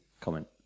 comment